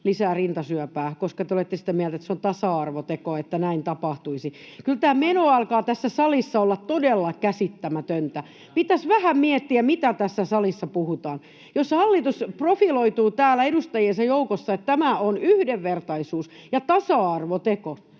lisää rintasyöpää, koska te olette sitä mieltä, että se on tasa-arvoteko, että näin tapahtuisi. Kyllä tämä meno alkaa tässä salissa olla todella käsittämätöntä. Pitäisi vähän miettiä, mitä tässä salissa puhutaan. Jos hallitus profiloituu täällä edustajiensa joukossa, että tämä on yhdenvertaisuus- ja tasa-arvoteko,